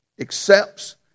accepts